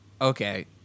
Okay